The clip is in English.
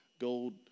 gold